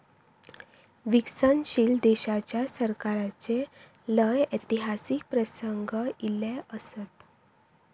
विकसनशील देशाच्या सरकाराचे लय ऐतिहासिक प्रसंग ईले असत